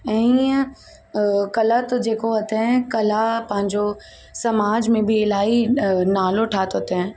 ऐं हीअं कला त जेको तें कला पंहिंजो समाज में बि इलाही नालो ठाहियो तैं